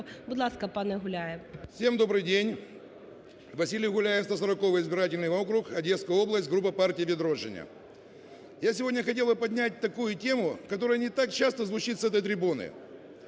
Будь ласка, пане Гуляєв.